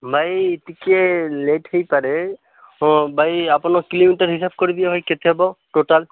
ଭାଇ ଟିକେ ଲେଟ୍ ହେଇପାରେ ହଁ ଭାଇ ଆପଣ କିଲୋମିଟର ହିସାବ କରି ଦିଅ ଭାଇ କେତେ ହେବ ଟୋଟାଲ୍